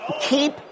keep